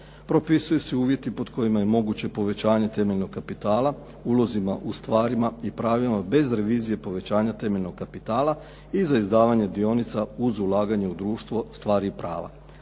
Propisuju se uvjeti pod kojima je moguće povećanje temeljnog kapitala, ulozima u stvarima i pravima bez revizije povećanja temeljnog kapitala i za izdavanje dionica uz ulaganje u društvo stvari i prava.